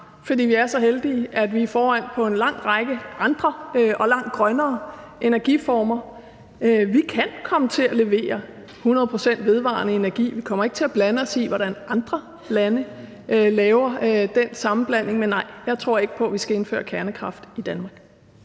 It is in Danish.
fordi vi er så heldige, at vi i forvejen på en lang række andre og langt grønnere energiformer kan komme til at levere 100 pct. vedvarende energi. Vi kommer ikke til at blande os i, hvordan andre lande laver den sammenblanding, men nej, jeg tror ikke på, at vi skal indføre kernekraft i Danmark.